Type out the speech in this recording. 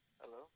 Hello